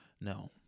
no